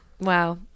Wow